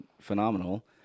phenomenal